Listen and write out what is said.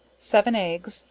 seven eggs,